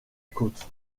côte